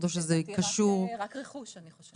רק רכוש אני חושבת.